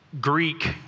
Greek